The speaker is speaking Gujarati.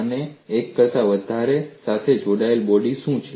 અને એક કરતાં વધારે સાથે જોડાયેલી બોડી શું છે